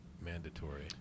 mandatory